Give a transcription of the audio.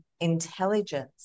intelligence